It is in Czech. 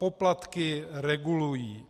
Poplatky regulují.